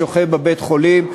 שוכב בבית-חולים,